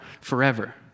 forever